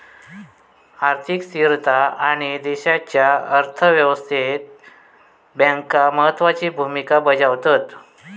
आर्थिक स्थिरता आणि देशाच्या अर्थ व्यवस्थेत बँका महत्त्वाची भूमिका बजावतत